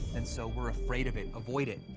and so we're afraid of it, avoid it.